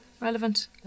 Relevant